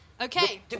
Okay